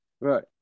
Right